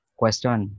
question